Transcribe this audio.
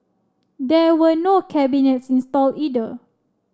there were no cabinets installed either